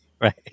Right